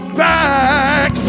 back